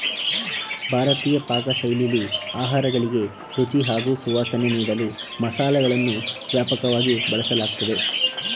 ಭಾರತೀಯ ಪಾಕಶೈಲಿಲಿ ಆಹಾರಗಳಿಗೆ ರುಚಿ ಹಾಗೂ ಸುವಾಸನೆ ನೀಡಲು ಮಸಾಲೆಗಳನ್ನು ವ್ಯಾಪಕವಾಗಿ ಬಳಸಲಾಗ್ತದೆ